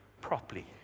properly